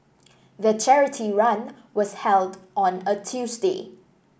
the charity run was held on a Tuesday